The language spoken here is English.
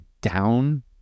down